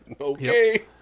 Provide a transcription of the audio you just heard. Okay